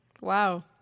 wow